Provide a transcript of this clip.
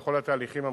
וכל התהליכים המקובלים,